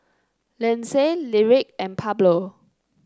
Lindsay Lyric and Pablo